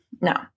No